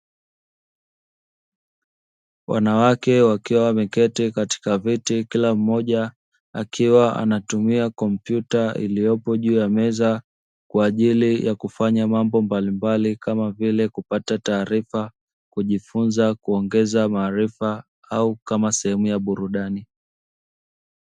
Wanawake wakiwa wameketi katika viti kila mmoja akiwa anatumia kompyuta iliyopo juu ya meza Kwa ajili ya kufanya mambo mbalimbali kama vile; kupata taarifa, kujifunza kuongeza maarifa au kama sehemu ya bururdani.